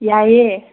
ꯌꯥꯏꯑꯦ